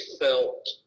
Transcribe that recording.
felt